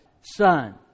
son